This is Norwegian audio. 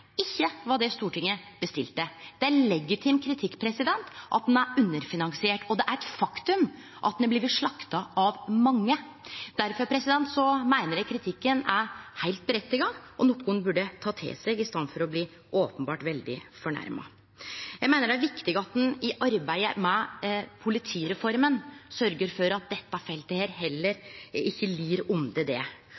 ikkje var det Stortinget bestilte. Det er legitim kritikk at han er underfinansiert, og det er eit faktum at han har blitt slakta av mange. Difor meiner eg kritikken er heilt fortent og noko ein burde ta til seg, i staden for å bli – openbert – veldig fornærma. Eg meiner det er viktig at ein i arbeidet med politireforma sørgjer for at dette feltet